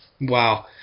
wow